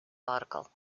article